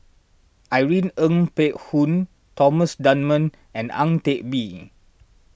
Irene Ng Phek Hoong Thomas Dunman and Ang Teck Bee